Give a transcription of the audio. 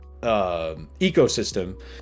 ecosystem